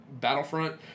Battlefront